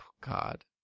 God